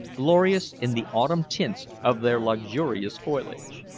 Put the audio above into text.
glorious in the autumn tints of their luxurious foliage.